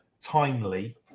timely